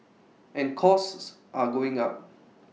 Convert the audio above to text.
and costs are going up